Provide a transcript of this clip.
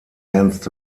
ernst